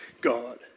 God